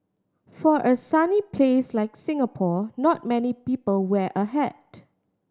for a sunny place like Singapore not many people wear a hat